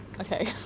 okay